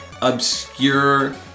obscure